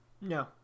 No